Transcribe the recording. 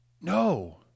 No